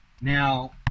Now